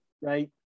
right